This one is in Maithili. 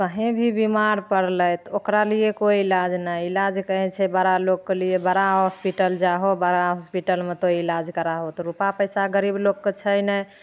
कहीँ भी बेमार पड़लै तऽ ओकरा लिए कोइ इलाज नहि इलाज कहीँ छै बड़ा लोकके लिए बड़ा हॉस्पिटल जाहो बड़ा हॉस्पिटलमे तोँ इलाज कराहो तऽ रुपा पइसा गरीब लोकके छै नहि